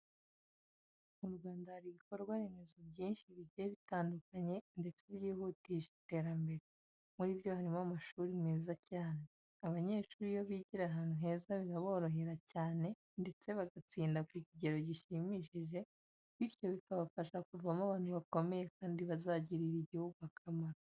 Mu Rwanda hari ibikorwa remezo byinshi bigiye bitandukanye ndetse byihutisha iterambere. Muri byo harimo amashuri meza cyane. Abanyeshuri iyo bigira ahantu heza biraborohera cyane ndetse bagatsinda ku kigero gishimishije, bityo bikabafasha kuvamo abantu bakomeye kandi bazagirira igihugu akamaro.